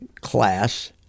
class